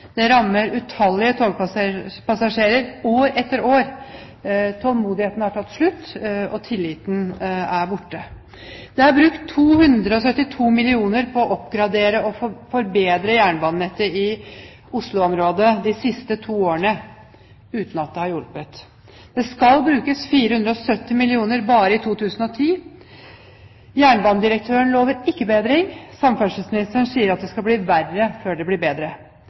Det rammer utallige togpassasjerer år etter år. Tålmodigheten har tatt slutt, og tilliten er borte. Det er brukt 272 mill. kr på å oppgradere og forbedre jernbanenettet i Oslo-området de siste to årene, uten at det har hjulpet. Det skal brukes 470 mill. kr bare i 2010. Jernbanedirektøren lover ikke bedring. Samferdselsministeren sier det skal bli verre før det blir bedre.